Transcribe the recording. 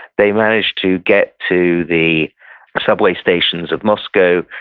they managed to get to the subway stations of moscow.